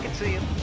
c and